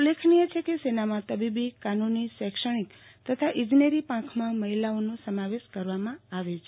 ઉલ્લેખનીય છે કે સેનામાં તબીબી કાનૂની શૈક્ષણિક તથા ઇજનેરી પાંખમાં મહિલાઓનો સમાવેશ કરવામાં આવે છે